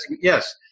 yes